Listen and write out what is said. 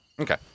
Okay